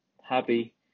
happy